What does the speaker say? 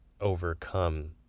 overcome